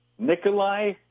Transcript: Nikolai